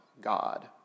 God